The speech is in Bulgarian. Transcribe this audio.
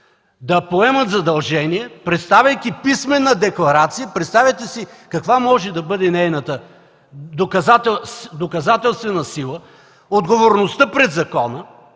да поемат задължение, представяйки писмена декларация. Представете си каква може да бъде нейната доказателствена сила, отговорността пред закона